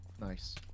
Nice